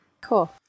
Cool